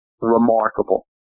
remarkable